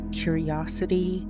curiosity